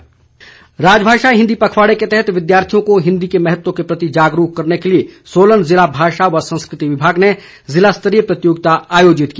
प्रतियोगिता राजभाषा हिंदी पखवाड़े के तहत विद्यार्थियों को हिंदी के महत्व के प्रति जागरूक करने के लिए सोलन जिला भाषा व संस्कृति विभाग ने जिला स्तरीय प्रतियोगिता आयोजित की